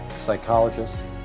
psychologists